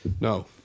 No